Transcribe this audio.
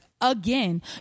again